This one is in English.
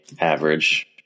average